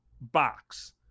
box